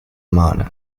معنى